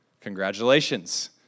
congratulations